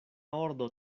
ordo